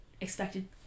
expected